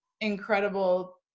incredible